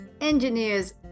engineers